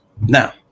Now